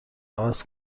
عوض